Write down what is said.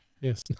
Yes